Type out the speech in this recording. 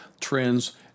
trends